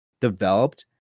developed